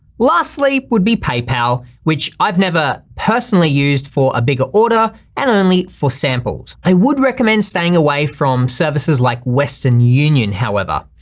lastly, would be paypal, which i've never personally used for a bigger order, and only for samples. i would recommend staying away from services like western union, however.